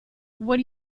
what